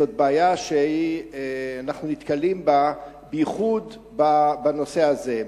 זאת בעיה שאנחנו נתקלים בה, בייחוד בנושא הזה.